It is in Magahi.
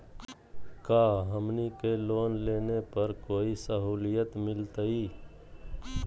का हमनी के लोन लेने पर कोई साहुलियत मिलतइ?